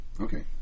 okay